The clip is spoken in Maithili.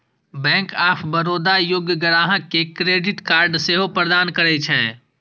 बैंक ऑफ बड़ौदा योग्य ग्राहक कें क्रेडिट कार्ड सेहो प्रदान करै छै